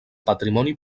patrimoni